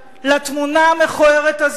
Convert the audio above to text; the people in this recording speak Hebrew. לתמונה המכוערת הזאת,